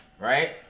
Right